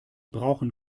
brauchen